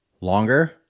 longer